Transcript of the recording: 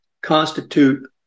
constitute